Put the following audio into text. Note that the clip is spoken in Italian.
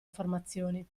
informazioni